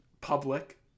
public